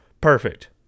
Perfect